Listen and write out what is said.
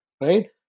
right